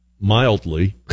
mildly